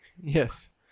Yes